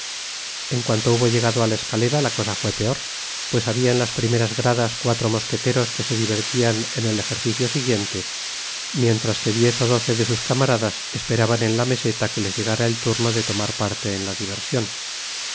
en cuanto hubo llegado á la escalera la cosa fué peor pues habia en las primeras gradas cuatro mosqueteros que se divertian en el ejercicio siguiente mientras que diez ó doce de sus caniaradas esperaban en la meseta que les llegára el turno de tomar parte en la diversion